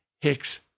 hicks